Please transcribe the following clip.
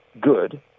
good